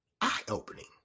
eye-opening